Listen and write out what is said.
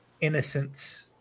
innocence